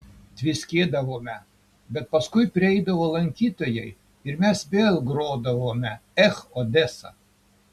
tviskėdavome bet paskui prieidavo lankytojai ir mes vėl grodavome ech odesa